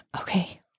okay